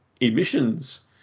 emissions